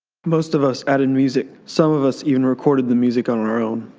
most of us added music, some of us even recorded the music on our own.